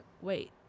wait